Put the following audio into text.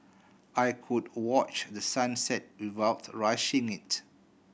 I could watch the sun set without rushing it